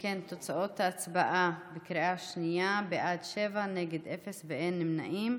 בקריאה השנייה: בעד, שבעה, נגד, אפס, אין נמנעים.